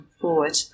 forward